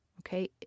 okay